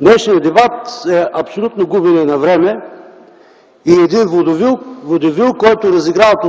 Днешният дебат е абсолютно губене на време и е един водевил, който отново разиграват